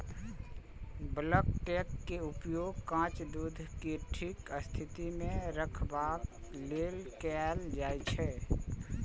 bulk tank के उपयोग कांच दूध कें ठीक स्थिति मे रखबाक लेल कैल जाइ छै